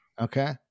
Okay